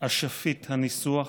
אשפית הניסוח,